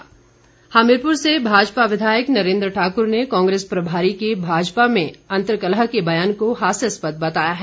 नरेन्द्र ठाकुर हमीरपूर से भाजपा विधायक नरेन्द्र ठाक्र ने कांग्रेस प्रभारी के भाजपा में अंतर्कल्ह के बयान को हास्यस्पद बताया है